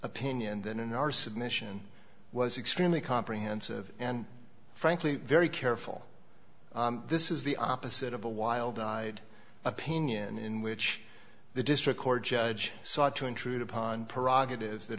opinion that in our submission was extremely comprehensive and frankly very careful this is the opposite of a wild eyed opinion in which the district court judge sought to intrude upon parag it is that